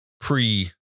pre